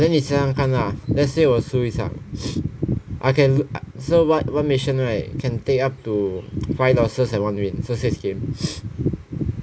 then 你想想看 lah let's say 我输一场 I can los~ I so one one mission right can take up to five loses and one win so six games